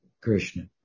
Krishna